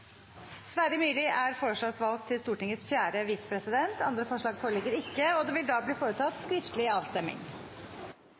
er foreslått valgt til Stortingets første visepresident. – Andre forslag foreligger ikke. Det